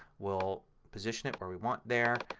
we'll position it where we want there.